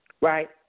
Right